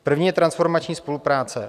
První je transformační spolupráce.